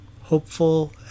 hopeful